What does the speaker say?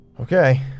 Okay